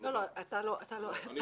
לא, אתה לא הבעיה.